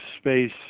space